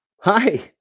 hi